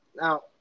Now